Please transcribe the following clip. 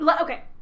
Okay